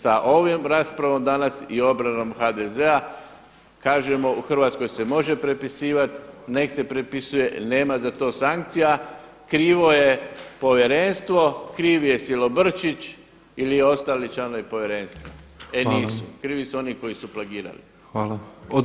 Sa ovom raspravom danas i obranom HDZ-a kažemo u Hrvatskoj se može prepisivat, nek' se prepisuje, nema za to sankcija, krivo je povjerenstvo, kriv je Silobrčić ili ostali članovi povjerenstva [[Upadica predsjednik: Hvala.]] E nisu, krivi su oni koji su plagirali.